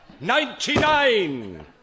Ninety-nine